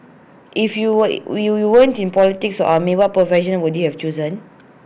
if you were you weren't in politics or army what profession would you have chosen